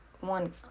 one